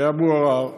אבו עראר,